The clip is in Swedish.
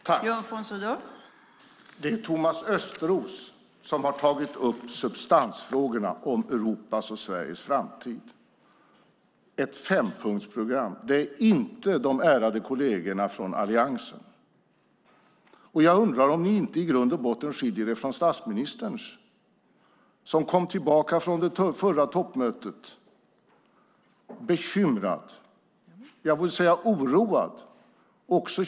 Fru talman! Det är Thomas Östros som har tagit upp substansfrågorna om Europas och Sveriges framtid i ett fempunktsprogram. Det är inte de ärade kollegerna från Alliansen. Jag undrar om ni inte i grund och botten skiljer er från statministern, som kom tillbaka från det förra toppmötet bekymrad - jag får säga oroad.